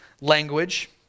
language